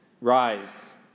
Rise